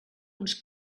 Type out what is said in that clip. uns